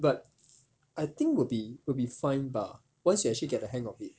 but I think will be will be fine bah once you actually get the hang of it